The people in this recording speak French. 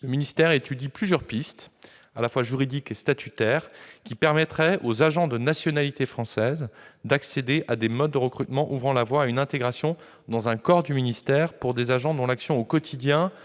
le ministère étudie plusieurs pistes, à la fois juridiques et statutaires, qui permettraient aux agents de nationalité française d'accéder à des modes de recrutement ouvrant la voie à une intégration dans un corps du ministère. L'action de ces agents au quotidien est